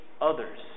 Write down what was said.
others